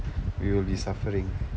we will be suffering